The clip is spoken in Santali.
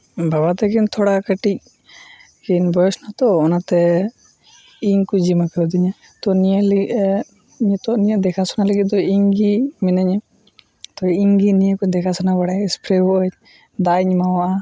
ᱵᱟᱵᱟᱛᱟᱹᱠᱤᱱ ᱛᱷᱚᱲᱟ ᱠᱟᱹᱴᱤᱡ ᱠᱤᱱ ᱵᱚᱭᱚᱥ ᱮᱱᱟᱛᱚ ᱚᱱᱟᱛᱮ ᱤᱧᱠᱚ ᱡᱤᱢᱟᱹᱣᱠᱟᱫᱤᱧᱟᱹ ᱛᱳ ᱱᱤᱭᱟᱹ ᱞᱟᱹᱜᱤᱫ ᱱᱤᱛᱚᱜ ᱱᱤᱭᱟᱹ ᱫᱮᱠᱷᱟᱥᱚᱱᱟ ᱞᱟᱹᱜᱤᱫ ᱫᱚ ᱤᱧᱜᱮ ᱢᱤᱱᱟᱹᱧᱟᱹ ᱛᱳ ᱤᱧᱜᱮ ᱱᱤᱭᱟᱹᱠᱚ ᱫᱮᱠᱷᱟᱥᱚᱱᱟ ᱵᱟᱲᱟᱭᱟᱹᱧ ᱥᱯᱨᱮ ᱵᱚᱞ ᱫᱟᱜᱼᱤᱧ ᱮᱢᱟᱣᱟᱜᱼᱟ